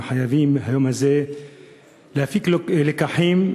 אנחנו חייבים ביום הזה להפיק לקחים,